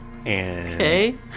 Okay